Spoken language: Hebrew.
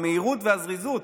המהירות והזריזות.